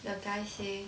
the guy say